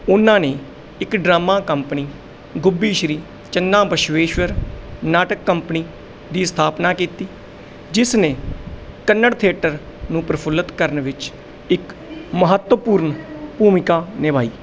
ਉਨ੍ਹਾਂ ਨੇ ਇੱਕ ਡਰਾਮਾ ਕੰਪਨੀ ਗੁੱਬੀ ਸ਼੍ਰੀ ਚੰਨਾਬਸਵੇਸ਼ਵਰ ਨਾਟਕ ਕੰਪਨੀ ਦੀ ਸਥਾਪਨਾ ਕੀਤੀ ਜਿਸ ਨੇ ਕੰਨੜ ਥੀਏਟਰ ਨੂੰ ਪ੍ਰਫੁੱਲਤ ਕਰਨ ਵਿੱਚ ਇੱਕ ਮਹੱਤਵਪੂਰਨ ਭੂਮਿਕਾ ਨਿਭਾਈ